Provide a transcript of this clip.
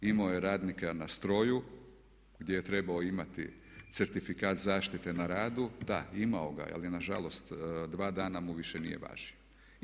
Imao je radnika na stroju gdje je trebao imati certifikat zaštite na radu, da imao ga je, ali je nažalost dva dana mu više nije važio.